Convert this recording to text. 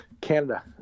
canada